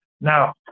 Now